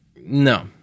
No